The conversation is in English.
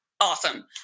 Awesome